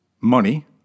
Money